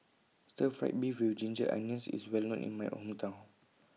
Stir Fried Beef with Ginger Onions IS Well known in My Hometown